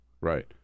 Right